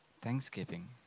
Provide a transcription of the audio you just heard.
thanksgiving